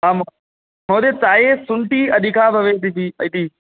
आम् महोदय चाये शुण्ठी अधिका भवेत् इति इति